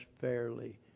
fairly